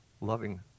Loving